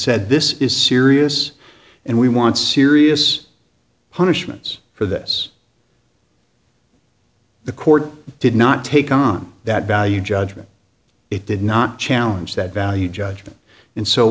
said this is serious and we want serious punishments for this the court did not take on that value judgment it did not challenge that value judgment and so